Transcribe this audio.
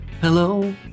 hello